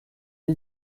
pas